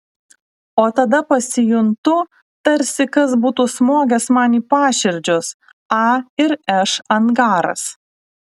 o tada pasijuntu tarsi kas būtų smogęs man į paširdžius a ir š angaras